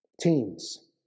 Teens